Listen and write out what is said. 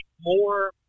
more